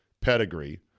pedigree